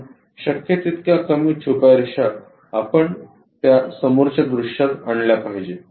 म्हणून शक्य तितक्या कमी छुप्या रेषा आपण त्या समोरच्या दृश्यात आणल्या पाहिजेत